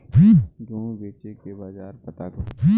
गेहूँ बेचे के बाजार पता होई?